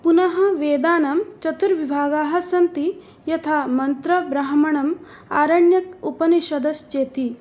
पुनः वेदानां चत्रुर्विभागाः सन्ति यथा मन्त्रः ब्राह्मणम् आरण्यकम् उपनिषदश्चेति